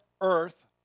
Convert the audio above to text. earth